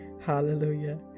Hallelujah